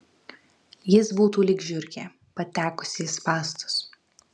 jis būtų lyg žiurkė patekusi į spąstus